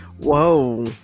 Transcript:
Whoa